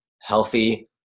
healthy